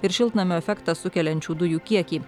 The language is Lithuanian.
ir šiltnamio efektą sukeliančių dujų kiekį